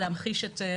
שגם לבקשה שתוגש,